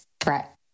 threat